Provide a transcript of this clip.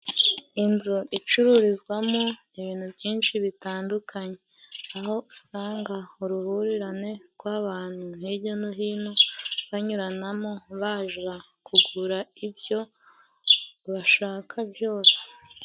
Inzu icururizwamo ibintu byinshi bitandukanye aho usanga uruhurirane rw'abantu hijya no hino banyuranamo, baje kugura ibyo bashaka byose.